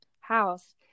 house